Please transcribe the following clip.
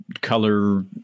color